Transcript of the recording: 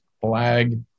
flag